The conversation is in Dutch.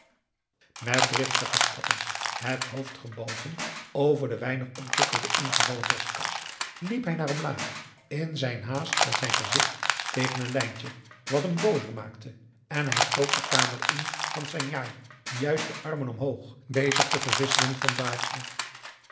met driftige stappen het hoofd gebogen over de weinig ontwikkelde ingevallen borstkast liep hij naar omlaag in zijn haast met zijn gezicht tegen een lijntje wat hem boozer maakte en hij stoof de kamer in van zijn njai juist de armen omhoog bezig te verwisselen van baadje